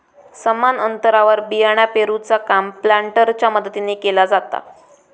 समान अंतरावर बियाणा पेरूचा काम प्लांटरच्या मदतीने केला जाता